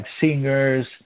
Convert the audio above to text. singers